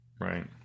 Right